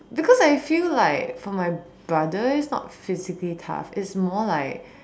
because I feel like for my brother it's not physically tough it's more like